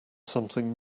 something